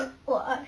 oh a'ah eh